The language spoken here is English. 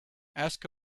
ask